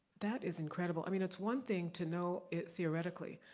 that is incredible. i mean it's one thing to know it theoretically,